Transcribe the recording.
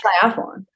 triathlon